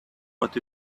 what